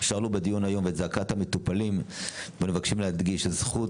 שהועלו בדיון היום ואת זעקת המטופלים ואנחנו מבקשים להדגיש שהזכות